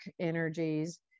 energies